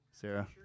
Sarah